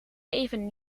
even